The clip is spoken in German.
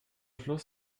schluss